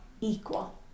equal